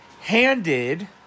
handed